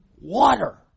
water